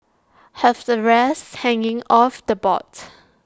have the rest hanging off the board